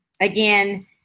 again